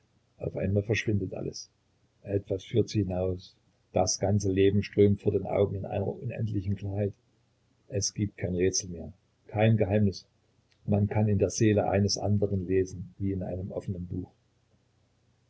auf einmal verschwindet alles etwas führt sie hinaus das ganze leben strömt vor den augen in einer unendlichen klarheit es gibt kein rätsel mehr kein geheimnis man kann in der seele eines anderen lesen wie in einem offenen buch